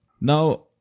Now